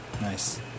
Nice